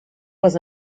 was